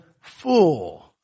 fool